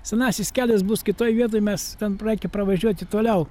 senasis kelias bus kitoj vietoj mes ten praikia pravažiuoti toliau